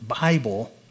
Bible